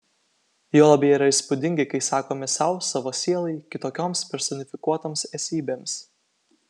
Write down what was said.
juolab jie yra įspūdingi kai sakomi sau savo sielai kitokioms personifikuotoms esybėms